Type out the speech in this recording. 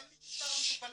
החל ממספר המטופלים.